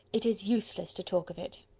it is useless to talk of it.